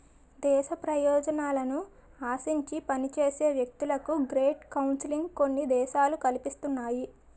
దేశ ప్రయోజనాలను ఆశించి పనిచేసే వ్యక్తులకు గ్రేట్ కౌన్సిలింగ్ కొన్ని దేశాలు కల్పిస్తున్నాయి